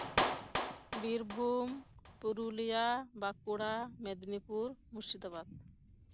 Birbhum Purulia Bankura Medinipur Murshidabad